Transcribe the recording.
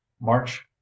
march